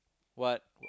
what